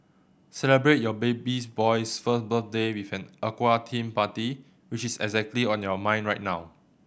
celebrate your babies boy's first birthday with an aqua theme party which is exactly on your mind right now